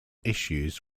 issues